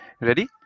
Ready